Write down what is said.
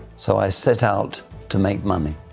so i set out to make money.